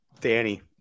Danny